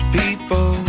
people